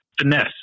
Finesse